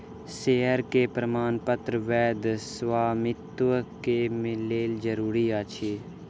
share के प्रमाणपत्र वैध स्वामित्व के लेल जरूरी अछि